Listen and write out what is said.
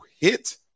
hit